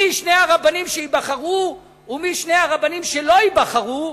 מי שני הרבנים שייבחרו ומי שני הרבנים שלא ייבחרו,